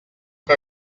que